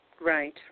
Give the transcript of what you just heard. Right